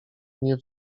nie